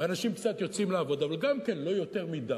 ואנשים קצת יוצאים לעבודה, אבל גם כן לא יותר מדי.